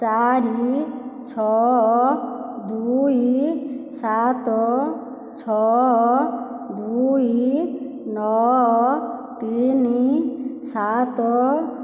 ଚାରି ଛଅ ଦୁଇ ସାତ ଛଅ ଦୁଇ ନଅ ତିନି ସାତ